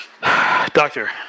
Doctor